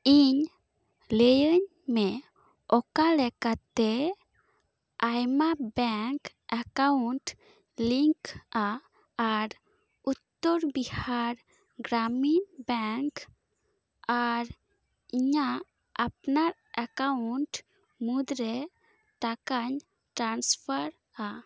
ᱤᱧ ᱞᱟᱹᱭ ᱟᱹᱧ ᱢᱮ ᱚᱠᱟ ᱞᱮᱠᱟᱛᱮ ᱟᱭᱢᱟ ᱵᱮᱝᱠ ᱮᱠᱟᱩᱱᱴ ᱞᱤᱝᱠ ᱟ ᱟᱨ ᱩᱛᱛᱚᱨ ᱵᱤᱦᱟᱨ ᱜᱨᱟᱢᱤᱱ ᱵᱮᱝᱠ ᱟᱨ ᱤᱧᱟᱹᱜ ᱟᱯᱱᱟᱨ ᱮᱠᱟᱩᱱᱴ ᱢᱩᱫ ᱨᱮ ᱴᱟᱠᱟᱧ ᱴᱨᱟᱱᱯᱷᱟᱨᱼᱟ